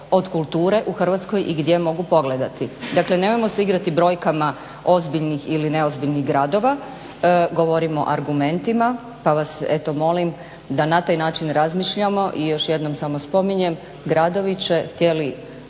od kulture u Hrvatskoj i gdje mogu pogledati. Dakle nemojmo se igrati brojkama ozbiljnih ili neozbiljnih gradova, govorimo o argumentima pa vas eto molim da na taj način razmišljamo. I još jednom samo spominjem gradovi će htjeli